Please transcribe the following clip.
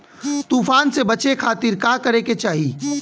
तूफान से बचे खातिर का करे के चाहीं?